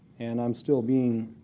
and i'm still being